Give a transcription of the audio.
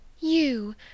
You